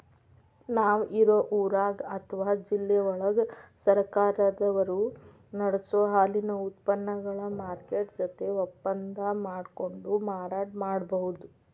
ನಾವ್ ಇರೋ ಊರಾಗ ಅತ್ವಾ ಜಿಲ್ಲೆವಳಗ ಸರ್ಕಾರದವರು ನಡಸೋ ಹಾಲಿನ ಉತ್ಪನಗಳ ಮಾರ್ಕೆಟ್ ಜೊತೆ ಒಪ್ಪಂದಾ ಮಾಡ್ಕೊಂಡು ಮಾರಾಟ ಮಾಡ್ಬಹುದು